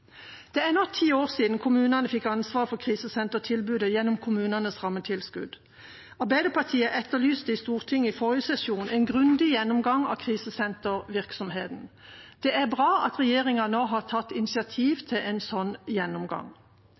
Det er nå ti år siden kommunene fikk ansvar for krisesentertilbudet gjennom kommunenes rammetilskudd. Arbeiderpartiet etterlyste i Stortinget i forrige sesjon en grundig gjennomgang av krisesentervirksomheten. Det er bra at regjeringa nå har tatt initiativ til en slik gjennomgang.